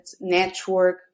network